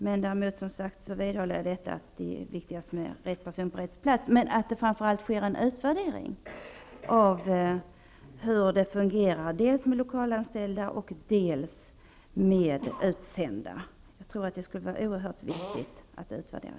Det är också viktigt att det sker en utvärdering av hur det fungerar, dels med lokalanställda och dels med utsända.